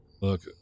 look